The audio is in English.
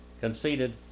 conceded